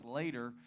later